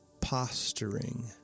posturing